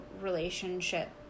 relationship